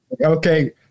okay